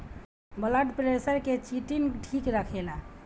blood pressure के चिटिन ठीक रखेला